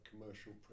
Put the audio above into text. commercial